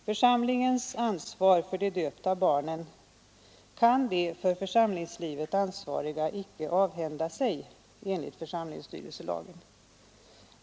Församlingens ansvar för de döpta barnen kan de för församlingslivet ansvariga icke avhända sig, enligt församlingsstyrelselagen.